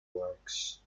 works